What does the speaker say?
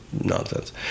nonsense